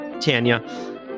Tanya